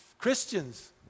Christians